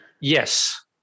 Yes